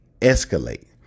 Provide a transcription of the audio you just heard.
escalate